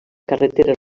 carreteres